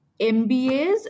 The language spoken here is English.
MBAs